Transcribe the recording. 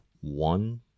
one